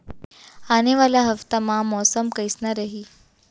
आने वाला हफ्ता मा मौसम कइसना रही?